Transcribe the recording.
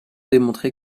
démontrer